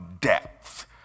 depth